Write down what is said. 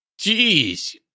Jeez